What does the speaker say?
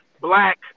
black